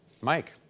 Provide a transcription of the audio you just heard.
Mike